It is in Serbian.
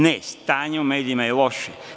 Ne, stanje u medijima je loše.